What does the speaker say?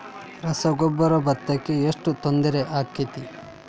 ರಸಗೊಬ್ಬರ, ಭತ್ತಕ್ಕ ಎಷ್ಟ ತೊಂದರೆ ಆಕ್ಕೆತಿ?